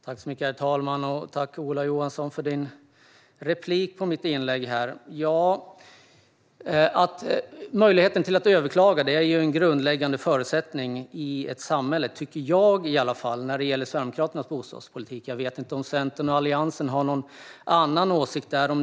Herr talman! Tack, Ola Johansson, för din replik på mitt inlägg! Möjligheten att överklaga är en grundläggande förutsättning i ett samhälle, tycker i alla fall jag. Det gäller Sverigedemokraternas bostadspolitik, och jag vet inte om Centern och Alliansen har en annan åsikt om det.